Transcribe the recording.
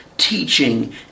teaching